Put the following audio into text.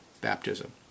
baptism